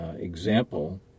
example